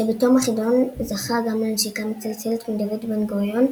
שבתום החידון זכה גם לנשיקה מצלצלת מדוד בן-גוריון,